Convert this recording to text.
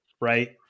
right